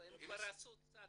לא, הם כבר עשו צעד.